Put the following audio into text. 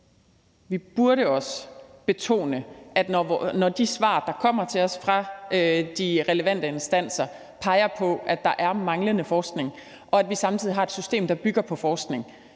vi burde også betone, at når de svar, der kommer til os fra de relevante instanser, peger på, at der er manglende forskning, og vi samtidig har et system, der bygger på forskning,